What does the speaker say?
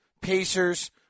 Pacers